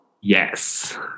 Yes